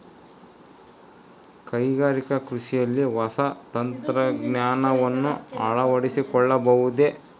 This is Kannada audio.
ಕೈಗಾರಿಕಾ ಕೃಷಿಯಲ್ಲಿ ಹೊಸ ತಂತ್ರಜ್ಞಾನವನ್ನ ಅಳವಡಿಸಿಕೊಳ್ಳಬಹುದೇ?